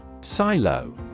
Silo